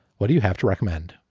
what do you have to recommend?